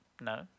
No